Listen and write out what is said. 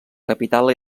capital